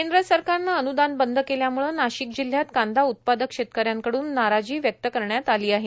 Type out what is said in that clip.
केंद्र सरकारनं अन्दान बंद केल्यामुळं नाशिक जिल्ह्यात कांदा उत्पादक शेतकऱ्यांकडून नाराजी व्यक्त करण्यात आली आहे